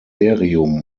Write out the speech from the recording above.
ministerium